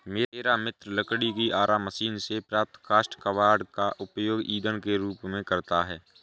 मेरा मित्र लकड़ी की आरा मशीन से प्राप्त काष्ठ कबाड़ का उपयोग ईंधन के रूप में करता है